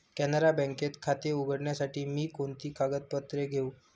कॅनरा बँकेत खाते उघडण्यासाठी मी कोणती कागदपत्रे घेऊ?